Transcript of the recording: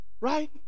Right